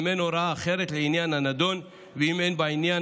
אם אין הוראת אחרת לעניין הנדון ואם אין בעניין